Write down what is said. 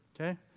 Okay